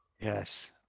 Yes